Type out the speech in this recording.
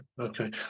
Okay